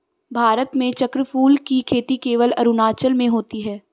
भारत में चक्रफूल की खेती केवल अरुणाचल में होती है